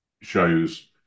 shows